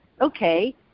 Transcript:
Okay